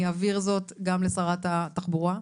אני אעביר זאת גם לשרת התחבורה.